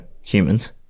humans